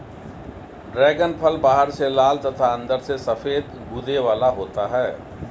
dragon फल बाहर से लाल तथा अंदर से सफेद गूदे वाला होता है